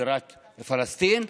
בירת פלסטין.